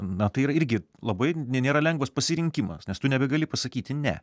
na tai yra irgi labai nėra lengvas pasirinkimas nes tu nebegali pasakyti ne